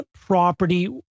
property